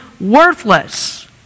worthless